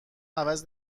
عوض